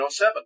1907